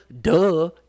Duh